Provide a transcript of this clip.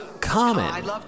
common